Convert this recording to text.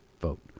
vote